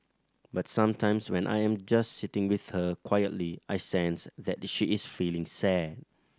but sometimes when I am just sitting with her quietly I sense that she is feeling sad